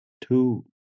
two